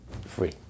Free